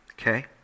Okay